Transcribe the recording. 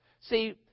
See